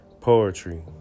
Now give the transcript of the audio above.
poetry